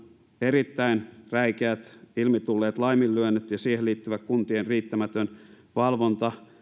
erittäin räikeät ilmi tulleet laiminlyönnit siihen liittyvä kuntien riittämätön valvonta